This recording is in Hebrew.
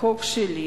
החוק שלי